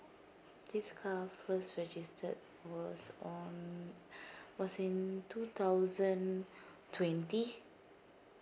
this car first registered was on was in two thousand twenty